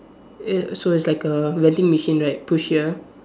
uh so it's like a vending machine right push here